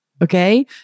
Okay